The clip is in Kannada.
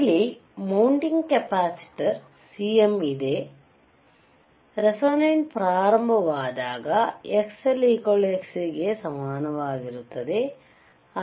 ಇಲ್ಲಿ ಮೌಂಟಿಂಗ್ ಕೆಪಾಸಿಟರ್ Cm ಇದೆ ರೇಸೋನೆಂಟ್ ಪ್ರಾರಂಭವಾದಾಗ Xl Xc ಸಿಗೆ ಸಮಾನವಾಗಿರುತ್ತದೆ